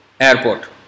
Airport